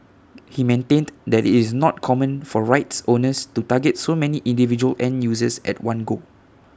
he maintained that it's not common for rights owners to target so many individual end users at one go